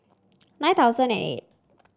nine thousand and eight